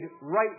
right